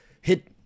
hit